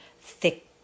thick